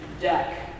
deck